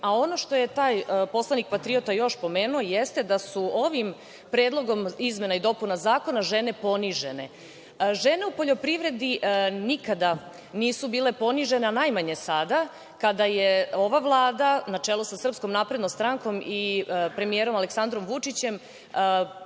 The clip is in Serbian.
A ono što je taj poslanik patriota još pomenuo jeste da su ovim Predlogom izmena i dopuna zakona žene ponižene. Žene u poljoprivredi nikada nisu bile ponižene, a najmanje sada kada je ova Vlada na čelu sa SNS i premijerom Aleksandrom Vučićem